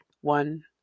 one